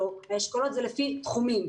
האשכולות זה לפי תחומים.